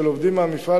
של עובדים מהמפעל,